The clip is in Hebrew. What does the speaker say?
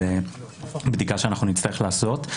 זאת בדיקה שאנחנו נצטרך לעשות.